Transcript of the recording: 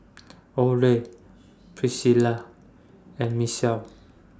Oley Priscilla and Michell